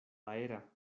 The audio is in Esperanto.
aera